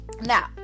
now